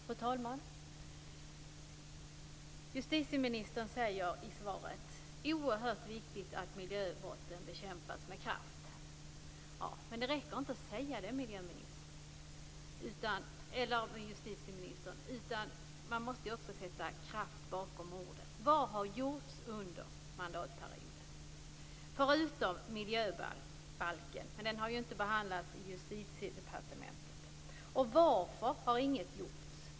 Fru talman! Justitieministern säger i svaret att det är oerhört viktigt att miljöbrotten bekämpas med kraft. Men det räcker inte att säga det, justitieministern, utan man måste också sätta kraft bakom orden. Vad har gjorts under mandatperioden, förutom miljöbalken, som ju inte har behandlats i Justitiedepartementet? Varför har inget gjorts?